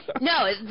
No